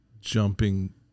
jumping